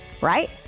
right